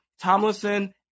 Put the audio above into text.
Tomlinson